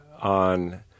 on